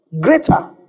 greater